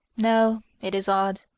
no, it is odd.